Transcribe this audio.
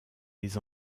les